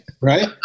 Right